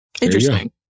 Interesting